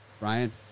Ryan